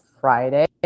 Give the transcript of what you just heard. Friday